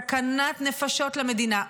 סכנת נפשות למדינה.